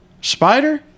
spider